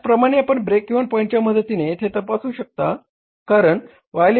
त्याचप्रमाणे आपण break even पॉईंटच्या मदतीने येथे तपासू शकता कारण Y